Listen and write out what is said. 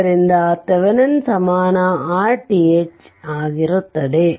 ಆದ್ದರಿಂದ ಥೆವೆನಿನ್ ಸಮಾನ Rth ಆಗಿರುತ್ತದೆ